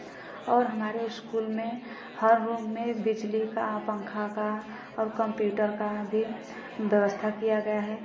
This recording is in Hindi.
और हमारे उस्कूल में हर रूम में बिजली का पंखा का और कंप्यूटर का भी व्यवस्था किया गया है